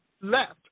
left